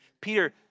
Peter